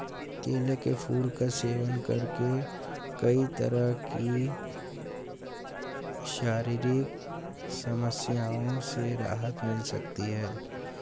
केले के फूल का सेवन करके कई तरह की शारीरिक समस्याओं से राहत मिल सकती है